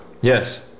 yes